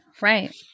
Right